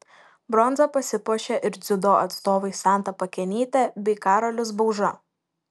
bronza pasipuošė ir dziudo atstovai santa pakenytė bei karolis bauža